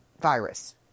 virus